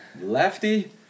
Lefty